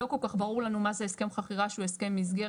לא כל כך ברור לנו מה זה הסכם חכירה שהוא הסכם מסגרת.